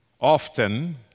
Often